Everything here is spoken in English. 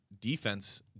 defense